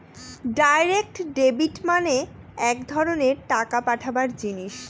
direct debit মানে এক ধরনের টাকা পাঠাবার জিনিস